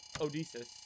Odysseus